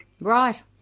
Right